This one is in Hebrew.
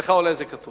אצלך אולי זה כתוב.